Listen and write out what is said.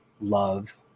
love